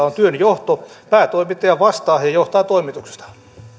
on työnjohto päätoimittaja vastaa ja johtaa toimitustaan